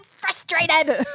frustrated